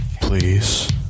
please